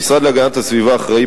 המשרד להגנת הסביבה אחראי,